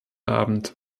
abend